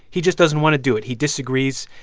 he just doesn't want to do it. he disagrees.